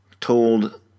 told